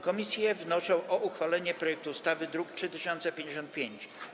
Komisje wnoszą o uchwalenie projektu ustawy z druku nr 3055.